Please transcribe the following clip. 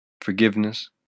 forgiveness